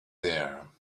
there